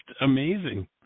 amazing